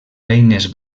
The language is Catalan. beines